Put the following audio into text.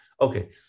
Okay